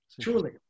truly